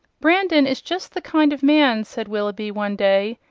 brandon is just the kind of man, said willoughby one day,